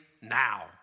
now